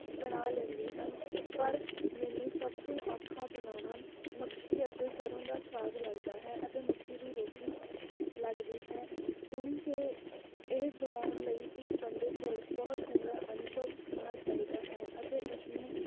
ਬਣਾ ਲੈਂਦੀ ਹਾਂ ਪਰ ਮੈਨੂੰ ਸਭ ਤੋਂ ਔਖਾ ਬਣਾਉਣਾ ਮੱਕੀ ਅਤੇ ਸਰ੍ਹੋਂ ਦਾ ਸਾਗ ਲੱਗਦਾ ਹੈ ਅਤੇ ਮੱਕੀ ਦੀ ਰੋਟੀ ਲੱਗਦੀ ਹੈ ਕਿਉਂਕਿ ਇਹ ਬਣਾਉਣ ਲਈ ਇੱਕ ਬੰਦੇ ਕੋਲ ਬਹੁਤ ਚੰਗਾ ਅਨੁਭਵ ਹੋਣਾ ਚਾਹੀਦਾ ਹੈ ਅਤੇ ਉਸ ਨੂੰ